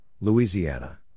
Louisiana